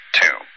two